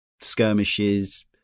skirmishes